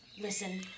Listen